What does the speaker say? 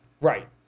right